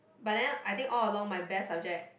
but then I think all along my best subject